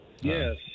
Yes